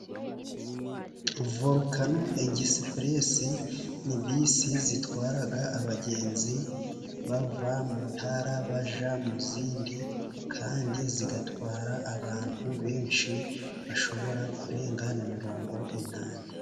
Volukano egisipuresi, ni bisi zitwara abagenzi bava mu ntara bajya mu zindi, kandi zigatwara abantu benshi bashobora kurenga na mirongo inani.